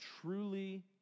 truly